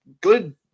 good